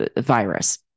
virus